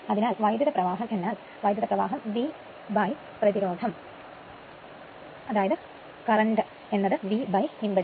അതിനാൽ വൈദ്യുത പ്രവാഹം എന്നാൽ വൈദ്യുത പ്രവാഹം V പ്രതിരോധം Current Vimpedance